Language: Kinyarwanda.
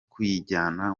kuyijyana